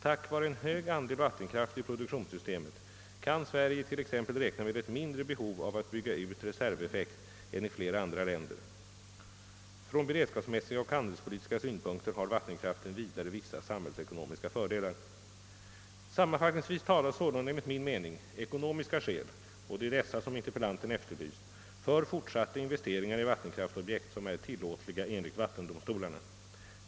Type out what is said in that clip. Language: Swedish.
Tack vare en hög andel vattenkraft i produktionssystemet kan Sverige t.ex. räkna med ett mindre behov av att bygga ut reserveffekt än i flera andra länder. Från beredskapsmässiga och handelspolitiska synpunkter har vattenkraften vidare vissa samhällsekonomiska fördelar. Sammanfattningsvis talar sålunda enligt min mening ekonomiska skäl, och det är dessa som interpellanten efterlyst, för fortsatta investeringar i vattenkraftobjekt som är tillåtliga enligt vattendomstolarna.